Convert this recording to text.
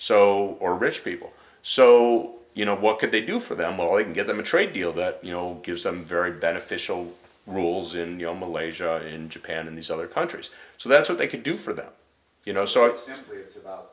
so or rich people so you know what can they do for them will you give them a trade deal that you know gives them very beneficial rules in your malaysia in japan in these other countries so that's what they can do for them you know so